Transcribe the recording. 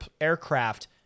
aircraft